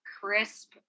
crisp